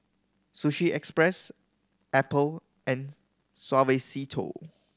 Sushi Express Apple and Suavecito